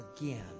again